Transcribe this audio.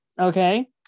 Okay